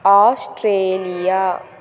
Australia